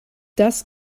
das